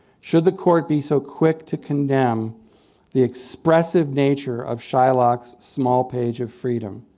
should the court be so quick to condemn the expressive nature of shylock's small page of freedom?